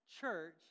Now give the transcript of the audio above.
church